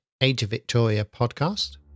ageofvictoriapodcast